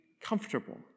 comfortable